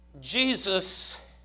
Jesus